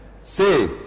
Say